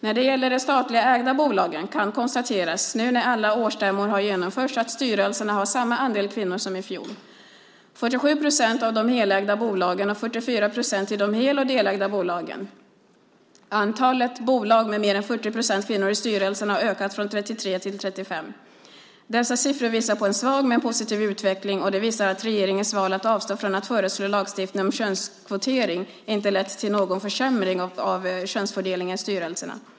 När det gäller de statligt ägda bolagen kan konstateras, nu när alla årsstämmor har genomförts, att styrelserna har samma andel kvinnor som i fjol - 47 procent i de helägda bolagen och 44 procent i de hel och delägda bolagen. Antalet bolag med mer än 40 procent kvinnor i styrelserna har ökat från 33 till 35. Dessa siffror visar på en svag men positiv utveckling, och de visar att regeringens val att avstå från att föreslå lagstiftning om könskvotering inte lett till någon försämring av könsfördelningen i styrelserna.